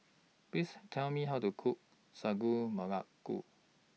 Please Tell Me How to Cook Sagu Melaka